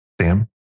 Sam